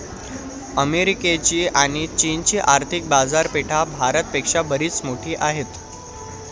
अमेरिकेची आणी चीनची आर्थिक बाजारपेठा भारत पेक्षा बरीच मोठी आहेत